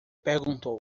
perguntou